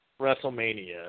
WrestleMania